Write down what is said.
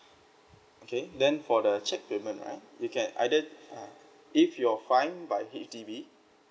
okay then for the cheque payment right you can either uh if you're fined by H_D_B